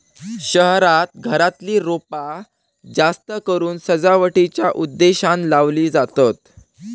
शहरांत घरातली रोपा जास्तकरून सजावटीच्या उद्देशानं लावली जातत